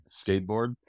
skateboard